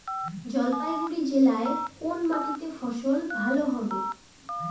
জলপাইগুড়ি জেলায় কোন মাটিতে ফসল ভালো হবে?